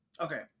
Okay